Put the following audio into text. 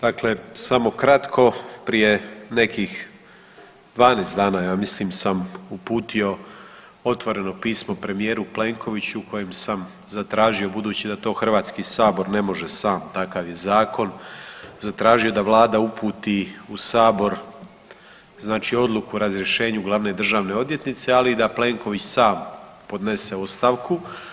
Dakle, samo kratko, prije nekih 12 dana ja mislim sam uputio otvoreno pismo premijeru Plenkoviću u kojem sam zatražio budući da to HS ne može sam, takav je zakon, zatražio da Vlada uputi u Sabor odluku o razrješenju glavne državne odvjetnice, ali da i Plenković sam podnese ostavku.